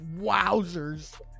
wowzers